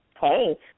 Hey